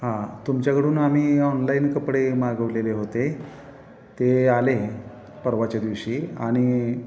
हां तुमच्याकडून आम्ही ऑनलाईन कपडे मागवलेले होते ते आले परवाच्या दिवशी आणि